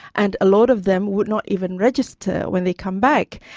and a lot of them would not even register when they come back.